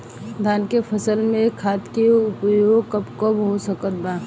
धान के फसल में खाद के उपयोग कब कब हो सकत बा?